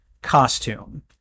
costume